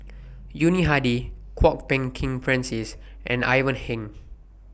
Yuni Hadi Kwok Peng Kin Francis and Ivan Heng